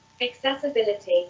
Accessibility